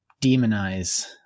demonize